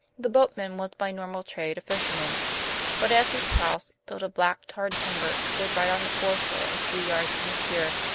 the boatman was by normal trade a fisherman but as his house, built of black tarred timber, stood right on the foreshore a few yards from the pier,